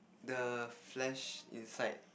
the flesh inside